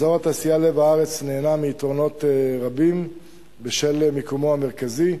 אזור התעשייה "לב הארץ" נהנה מיתרונות רבים בשל מיקומו המרכזי,